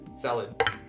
Salad